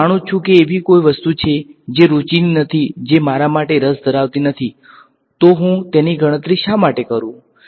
જો હું જાણું છું કે એવી કોઈ વસ્તુ છે જે રુચિની નથી જે મારા માટે રસ ધરાવતી નથી તો હું તેની ગણતરી શા માટે કરું